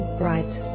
bright